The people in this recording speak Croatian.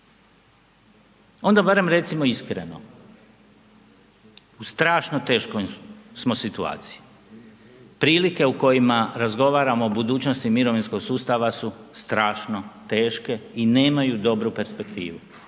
onda barem recimo iskreno, u strašno teškoj smo situaciji, prilike u kojima razgovaramo o budućnosti mirovinskog sustava su strašno teške i nemaju dobru perspektivu